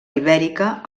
ibèrica